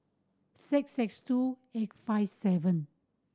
six six two eight five seven